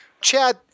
Chad